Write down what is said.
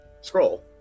scroll